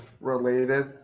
related